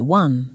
one